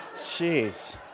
Jeez